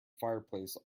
fireplace